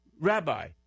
Rabbi